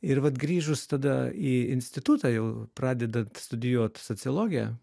ir vat grįžus tada į institutą jau pradedant studijuot sociologiją